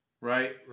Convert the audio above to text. Right